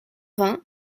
vingt